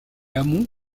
amont